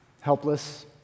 Helpless